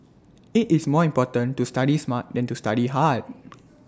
IT is more important to study smart than to study hard